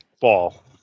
fall